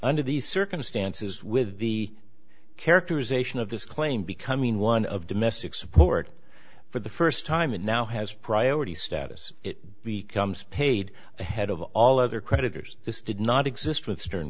under these circumstances with the characterization of this claim becoming one of domestic support for the first time and now has priority status it becomes paid ahead of all other creditors this did not exist with stern